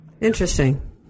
Interesting